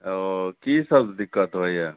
ओ की सब दिक्कत होइए